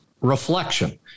reflection